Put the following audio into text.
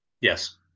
Yes